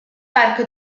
parco